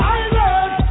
island